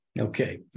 Okay